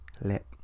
lip